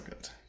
good